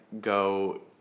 go